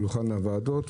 סביב שולחן הוועדות.